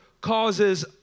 Causes